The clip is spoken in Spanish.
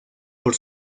por